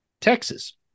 Texas